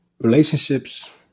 Relationships